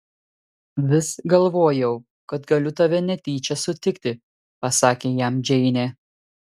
vis galvojau kad galiu tave netyčia sutikti pasakė jam džeinė